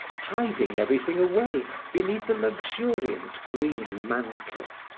hiding everything away beneath a luxuriant green mantle.